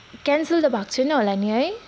cancel त भएको छैन होला नि है